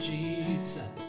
Jesus